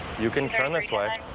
you can turn this way.